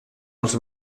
els